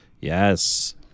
Yes